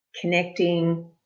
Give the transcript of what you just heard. connecting